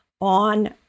on